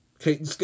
Okay